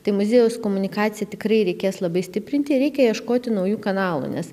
tai muziejaus komunikaciją tikrai reikės labai stiprinti reikia ieškoti naujų kanalų nes